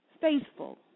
faithful